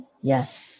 Yes